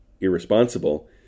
irresponsible